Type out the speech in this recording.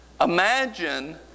Imagine